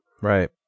Right